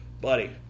buddy